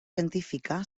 científica